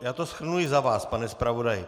Já to shrnu i za vás, pane zpravodaji.